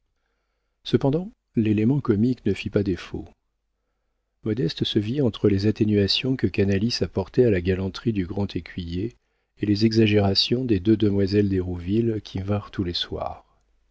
cependant l'élément comique ne fit pas défaut modeste se vit entre les atténuations que canalis apportait à la galanterie du grand écuyer et les exagérations des deux demoiselles d'hérouville qui vinrent tous les soirs